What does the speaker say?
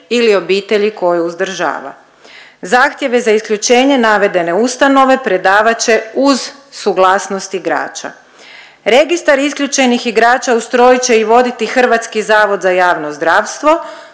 ili obitelji koju uzdržava. Zahtjeve za isključenje navedene ustanove predavat će uz suglasnost igrača. Registar isključenih igrača ustrojit će i voditi Hrvatski zavod za javno zdravstvo.